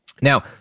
Now